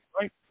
right